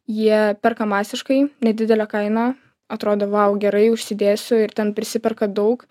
jie perka masiškai nedidelė kaina atrodo vau gerai užsidėsiu ir ten prisiperka daug